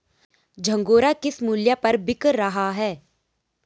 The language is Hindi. झंगोरा किस मूल्य पर बिक रहा है?